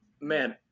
man